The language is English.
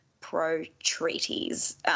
pro-treaties